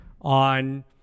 on